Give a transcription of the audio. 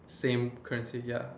same price ya